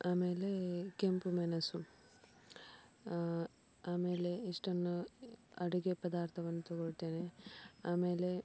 ಆಮೇಲೆ ಕೆಂಪುಮೆಣಸು ಆಮೇಲೆ ಇಷ್ಟನ್ನು ಅಡುಗೆ ಪದಾರ್ಥವನ್ನ ತೊಗೊಳ್ತೇನೆ ಆಮೇಲೆ